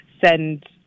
send